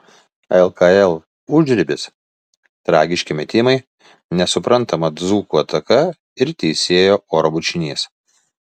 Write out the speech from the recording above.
lkl užribis tragiški metimai nesuprantama dzūkų ataka ir teisėjo oro bučinys